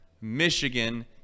Michigan